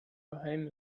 geheim